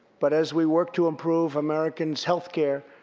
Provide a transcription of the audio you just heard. but as we work to improve americans' healthcare,